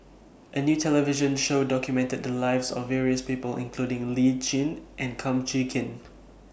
A New television Show documented The Lives of various People including Lee Tjin and Kum Chee Kin